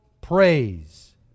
praise